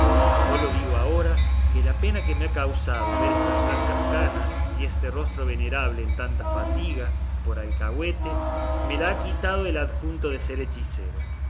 sólo digo ahora que la pena que me ha causado ver estas blancas canas y este rostro venerable en tanta fatiga por alcahuete me la ha quitado el adjunto de ser hechicero